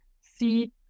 see